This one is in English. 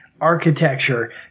architecture